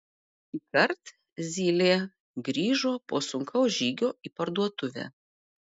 šįkart zylė grįžo po sunkaus žygio į parduotuvę